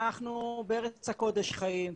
אנחנו בארץ הקודש חיים,